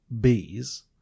bees